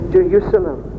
Jerusalem